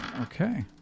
Okay